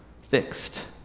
fixed